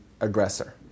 aggressor